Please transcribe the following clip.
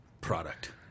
Product